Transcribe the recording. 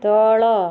ତଳ